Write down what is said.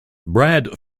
brad